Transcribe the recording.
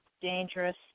Dangerous